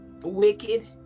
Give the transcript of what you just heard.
wicked